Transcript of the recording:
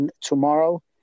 tomorrow